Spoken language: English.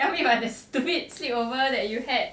tell me about the stupid sleepover that you had